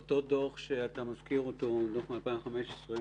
אותו דוח שאתה מזכיר אותו, דוח מ-2015,